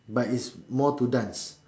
but is more to dance